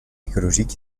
écologique